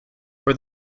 for